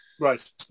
Right